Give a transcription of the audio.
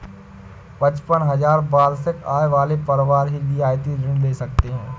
पचपन हजार वार्षिक आय वाले परिवार ही रियायती ऋण ले सकते हैं